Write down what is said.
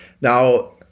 Now